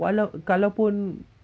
walau kalau pun